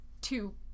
two